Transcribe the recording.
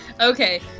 Okay